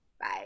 Bye